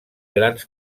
grans